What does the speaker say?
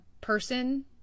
person